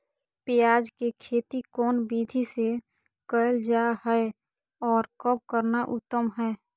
प्याज के खेती कौन विधि से कैल जा है, और कब करना उत्तम है?